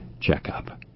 checkup